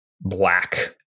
Black